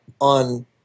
on